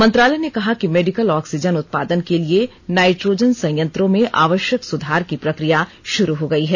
मंत्रालय ने कहा कि मेडिकल ऑक्सीजन उत्पादन के लिए नाइट्रोजन संयंत्रों में आवश्यक सुधार की प्रक्रिया शुरू हो गई है